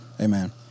Amen